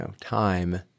time